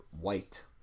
white